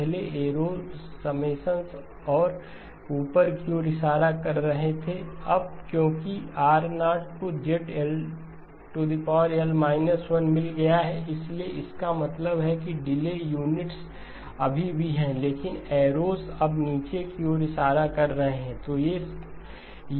पहले arrows summations की ओर ऊपर की ओर इशारा कर रहे थे अब क्योंकि R0 को ZL 1मिल गया है इसलिए इसका मतलब है कि डिले यूनिट्सअभी भी हैं लेकिन एरोस अब नीचे की ओर इशारा कर रहे हैं